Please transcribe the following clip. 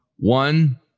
One